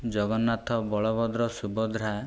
Jagannath Balabhadra Subhadra